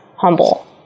humble